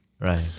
Right